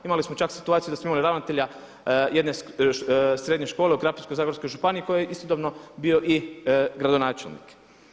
Imali smo čak situaciju da smo imali ravnatelja jedne srednje škole u Krapinsko-zagorskoj županiji kojoj je istodobno bio i gradonačelnik.